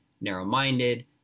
narrow-minded